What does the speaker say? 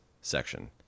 section